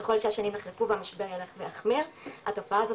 ככל שהשנים יחלפו והמשבר ילך ויחמיר התופעה הזאת